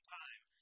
time